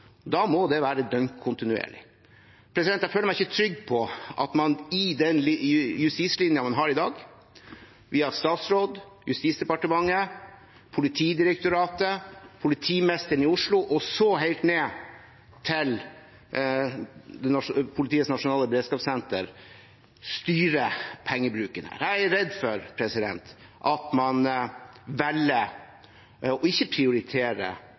Da må det være døgnkontinuerlig. Jeg føler meg ikke trygg på at man i den justislinjen man har i dag, via statsråd og Justis- og beredskapsdepartement til Politidirektoratet, politimesteren i Oslo og så helt ned til Politiets nasjonale beredskapssenter, styrer pengebruken. Jeg er redd for at man velger ikke å prioritere